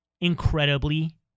Incredibly